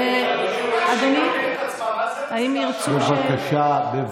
אבל מה זה גזרה שווה?